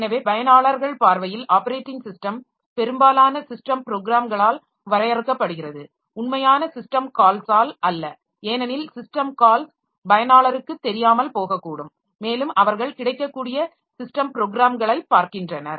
எனவே பயனாளர்கள் பார்வையில் ஆப்பரேட்டிங் ஸிஸ்டம் பெரும்பாலான ஸிஸ்டம் ப்ரோக்ராம்களால் வரையறுக்கப்படுகிறது உண்மையான சிஸ்டம் கால்ஸால் அல்ல ஏனெனில் சிஸ்டம் கால்ஸ் பயனாளருக்குத் தெரியாமல் போகக்கூடும் மேலும் அவர்கள் கிடைக்கக்கூடிய ஸிஸ்டம் ப்ரோக்ராம்களைப் பார்க்கின்றனர்